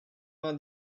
vingt